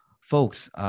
folks